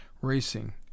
racing